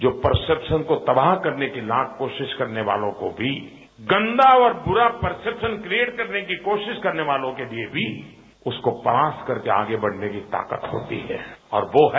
जो परसेप्शन को तबाह करने के लिए लाख कोशिश करने वालो को भी गंदा और बुरा परसेप्शन क्रिएट करने की कोशिश करने वालो के लिए भी उसको पास करके आगे बढ़ने की ताकत होती है और वो है